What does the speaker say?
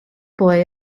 boy